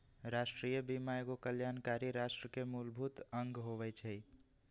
राष्ट्रीय बीमा एगो कल्याणकारी राष्ट्र के मूलभूत अङग होइ छइ